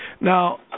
Now